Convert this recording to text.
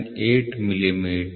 998 millimetre